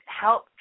help